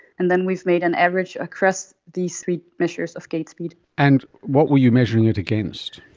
and then we've made an average across these three measures of gait speed. and what were you measuring it against?